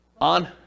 On